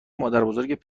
مادربزرگت